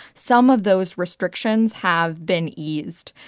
some of those restrictions have been eased.